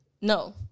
No